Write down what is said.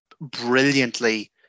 brilliantly